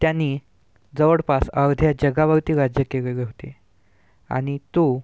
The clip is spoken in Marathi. त्यांनी जवळपास अर्ध्या जगावरती राज्य केलेले होते आणि तो